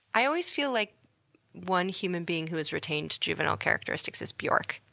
i always feel like one human being who has retained juvenile characteristics is bjork.